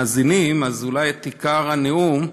מאזינים, אולי את עיקר הנאום,